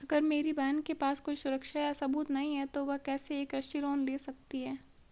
अगर मेरी बहन के पास कोई सुरक्षा या सबूत नहीं है, तो वह कैसे एक कृषि लोन ले सकती है?